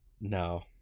No